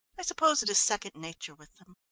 i suppose it is second nature with them.